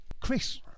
Chris